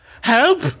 Help